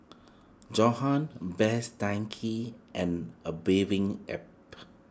Johan Best Denki and A Bathing Ape